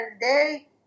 Day